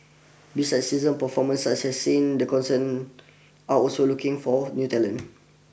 besides seasoned performers such as sin the concern are also looking for new talent